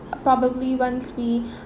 probably once we